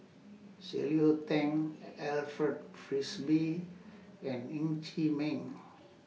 Cleo Thang Alfred Frisby and Ng Chee Meng